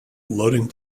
loading